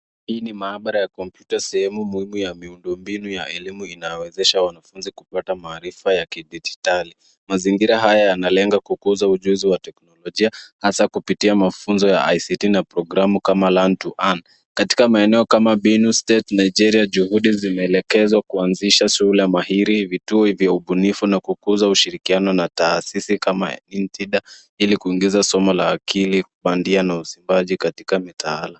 Hii ni maabara ya kompyuta sehemu muhimu ya miundombinu inayowezesha wanafunzi kupata maarifa ya kidijitali. Mazingira haya yanalenga kukuza ujuzi wa teknolojia hasa kupitia mafunzo ya ICT na programu kama learn to earn . katika maeneo kama Binu State Nigeria juhudi zimeelekezwa kuanzisha shule mahiri, vituo vya ubunifu na kukuza ushirikiano na taasisi kama Intida ili kuingiza somo la akili, bandia na usifaji katika mitaala.